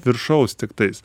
viršaus tiktais